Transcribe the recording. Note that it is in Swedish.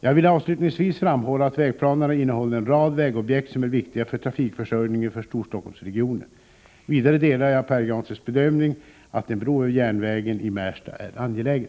Jag vill avslutningsvis framhålla att vägplanerna innehåller en rad vägobjekt som är viktiga för trafikförsörjningen för Storstockholmsregionen. Vidare delar jag Pär Granstedts bedömning att en bro över järnvägen i Märsta är angelägen.